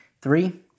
Three